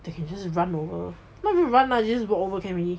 they can just run over not even run lah can just walk over can already